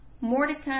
Mordecai